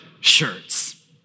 shirts